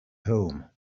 home